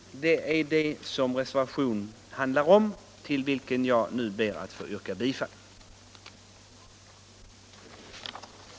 Det är om detta vår reservation handlar, och jag ber nu att få yrka bifall till densamma.